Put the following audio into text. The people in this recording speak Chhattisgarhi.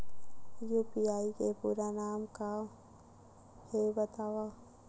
यू.पी.आई के पूरा नाम का हे बतावव?